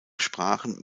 sprachen